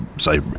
say